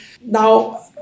Now